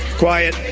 quiet,